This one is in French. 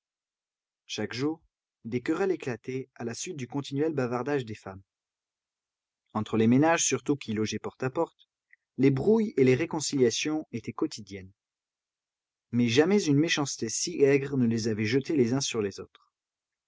chaque jour des querelles éclataient à la suite du continuel bavardage des femmes entre les ménages surtout qui logeaient porte à porte les brouilles et les réconciliations étaient quotidiennes mais jamais une méchanceté si aigre ne les avait jetés les uns sur les autres